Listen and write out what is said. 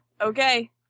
okay